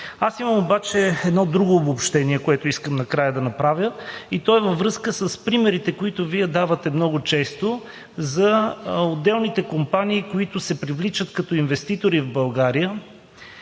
Аз обаче имам едно друго обобщение, което искам да направя накрая и то е във връзка с примерите, които Вие давате много често за отделните компании, които се привличат като инвеститори в България.